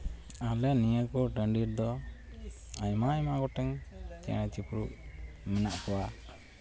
ᱟᱞᱮ ᱱᱤᱭᱟᱹ ᱠᱚ ᱴᱟᱺᱰᱤ ᱨᱮᱫᱚ ᱟᱭᱢᱟ ᱟᱭᱢᱟ ᱜᱚᱴᱮᱱ ᱪᱮᱬᱮ ᱪᱤᱯᱨᱩᱫ ᱢᱮᱱᱟᱜ ᱠᱚᱣᱟ